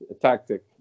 tactic